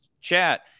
chat